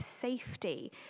safety